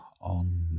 on